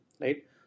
right